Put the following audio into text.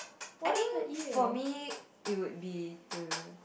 I think for me it would be to